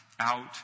Out